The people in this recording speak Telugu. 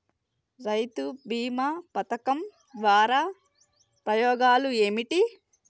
రైతు బీమా పథకం ద్వారా ఉపయోగాలు ఏమిటి?